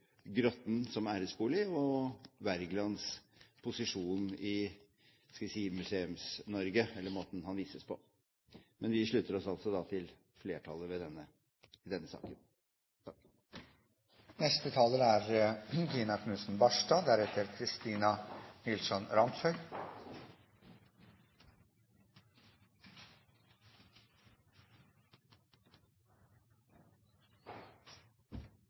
Grotten som æresbolig og Wergelands posisjon i – skal vi si – Museums-Norge eller måten han vises på. Men vi slutter også altså til flertallet i denne saken.